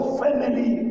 family